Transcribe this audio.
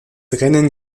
rennen